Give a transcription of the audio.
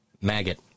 maggot